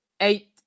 eight